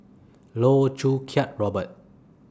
Loh Choo Kiat Robert